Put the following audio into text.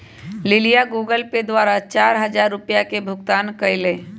लिलीया Google Pay द्वारा चार हजार रुपिया के भुगतान कई लय